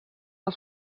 als